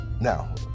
Now